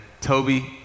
Toby